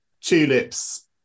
tulips